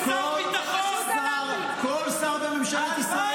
איזה שר ביטחון --- כל שר בממשלת ישראל